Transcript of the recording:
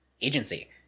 agency